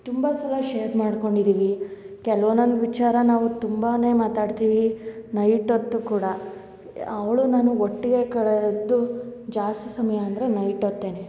ತುಂಬ ಸಲ ಶೇರ್ ಮಾಡ್ಕೊಂಡು ಇದ್ದೀವಿ ಕೆಲ್ವು ಒನ್ನೊಂದು ವಿಚಾರ ನಾವು ತುಂಬಾ ಮಾತಾಡ್ತೀವಿ ನೈಟ್ ಹೊತ್ತು ಕೂಡ ಅವಳು ನಾನು ಒಟ್ಟಿಗೆ ಕಳೆಯದು ಜಾಸ್ತಿ ಸಮಯ ಅಂದರೆ ನೈಟ್ ಹೊತ್ತೇನೆ